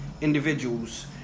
individuals